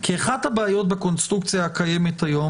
כי אחת הבעיות בקונסטרוקציה הקיימת היום,